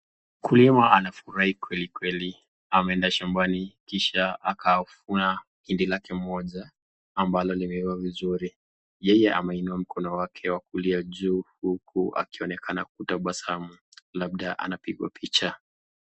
Mkulima anafurahia kweli kweli ameenda shambani kisha amevuna ndizi lake moja ambalo limeiva vizuri yeye ameinua mkono yake kulia juu huku akionekana kutabasamu labda anapigwa picha